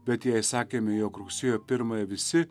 bet jei sakėme jog rugsėjo pirmąją visi